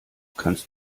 kannst